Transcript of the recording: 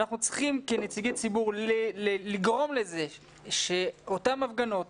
אנחנו צריכים כנציגי ציבור לגרום לזה שאותן הפגנות